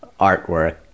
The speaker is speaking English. artwork